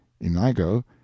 Inigo